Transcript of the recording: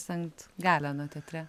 sant galeno teatre